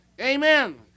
Amen